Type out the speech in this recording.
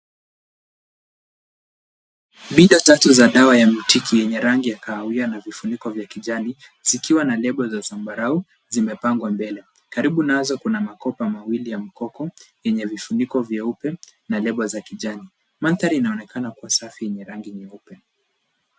Bidhaa tatu za dawa ya Mtiki yenye rangi ya kahawia na vifuniko vya kijani zikiwa na lebo za zambarau zimepangwa mbele. Karibu nazo kuna makopa mawili ya mkoko yenye vifuniko vyeupe na lebo za kijani. Mandhari inaonekana kuwa safi yenye rangi nyeupe.